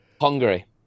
Hungary